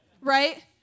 Right